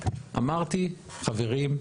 אמרתי חברים,